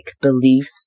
belief